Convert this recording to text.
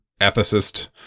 ethicist